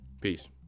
Peace